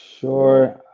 sure